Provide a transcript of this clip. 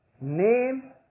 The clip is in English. name